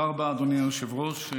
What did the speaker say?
תודה רבה, אדוני היושב-ראש.